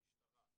המשטרה,